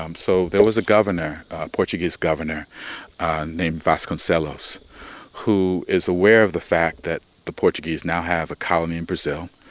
um so there was a governor, a portuguese governor named vasconcelos who is aware of the fact that the portuguese now have a colony in brazil.